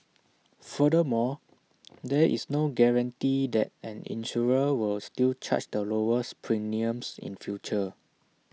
furthermore there is no guarantee that an insurer will still charge the lowest premiums in future